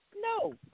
No